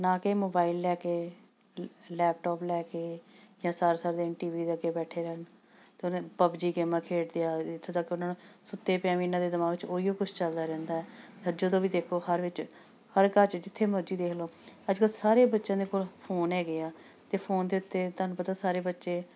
ਨਾ ਕਿ ਮੋਬਾਇਲ ਲੈ ਕੇ ਲ ਲੈਪਟੋਪ ਲੈ ਕੇ ਜਾਂ ਸਾਰਾ ਸਾਰਾ ਦਿਨ ਟੀ ਵੀ ਦੇ ਅੱਗੇ ਬੈਠੇ ਰਹਿਣ ਤਾਂ ਉਹਨੇ ਪਬਜੀ ਗੇਮਾਂ ਖੇਡਦੇ ਆ ਇੱਥੋਂ ਤੱਕ ਉਹਨਾਂ ਨੂੰ ਸੁੱਤੇ ਪਿਆ ਵੀ ਇਹਨਾਂ ਦੇ ਦਿਮਾਗ 'ਚ ਉਹੀਓ ਕੁਛ ਚੱਲਦਾ ਰਹਿੰਦਾ ਜਦੋਂ ਵੀ ਦੇਖੋ ਹਰ ਵਿੱਚ ਹਰ ਘਰ 'ਚ ਜਿੱਥੇ ਮਰਜੀ ਦੇਖ ਲਿਓ ਅੱਜ ਕੱਲ੍ਹ ਸਾਰੇ ਬੱਚਿਆਂ ਦੇ ਕੋਲ ਫੋਨ ਹੈਗੇ ਆ ਅਤੇ ਫੋਨ ਦੇ ਉੱਤੇ ਤੁਹਾਨੂੰ ਪਤਾ ਸਾਰੇ ਬੱਚੇ